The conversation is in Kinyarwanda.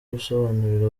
gusobanurira